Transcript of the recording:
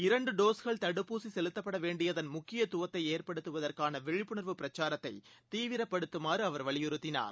இரண்டு டோஸ்கள் தடுப்பூசி செலுத்தப்பட வேண்டியதன் முக்கியத்துவத்தை ஏற்படுத்துவதற்கான விழிப்புணர்வு பிரச்சாரத்தைத் தீவிரப்படுத்துமாறு அவர் வலியறுத்தினார்